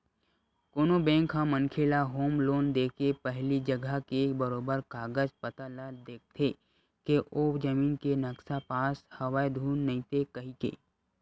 कोनो बेंक ह मनखे ल होम लोन देके पहिली जघा के बरोबर कागज पतर ल देखथे के ओ जमीन के नक्सा पास हवय धुन नइते कहिके